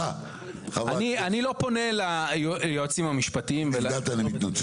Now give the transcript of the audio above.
אני לא פונה ליועצים המשפטיים --- אם נפגעת אני מתנצל.